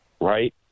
Right